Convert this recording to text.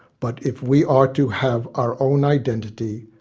but, if we are to have our own identity,